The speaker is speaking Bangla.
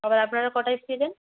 আপনারা কটায় ফেরেন